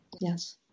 Yes